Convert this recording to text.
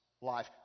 life